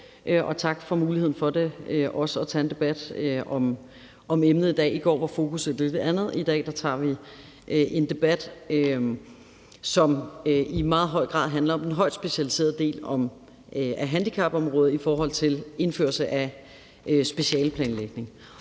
god – har mulighed for at tage en debat om emnet i dag. I går var fokus et lidt andet. I dag tager vi en debat, som i meget høj grad handler om den højtspecialiserede del af handicapområdet i forhold til indførsel af specialeplanlægning.